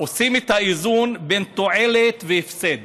עושים את האיזון בין תועלת להפסד,